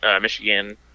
Michigan